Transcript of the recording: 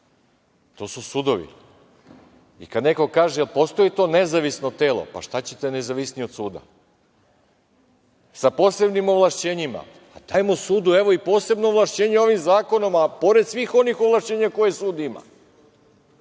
To su sudovi. I kad neko kaže da li postoji to nezavisno telo? Šta ćete nezavisnije od suda? Sa posebnim ovlašćenjima dajemo sudu i posebno ovlašćenje ovim zakonom, a pored svih onih ovlašćenja koje sud ima.